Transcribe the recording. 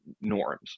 norms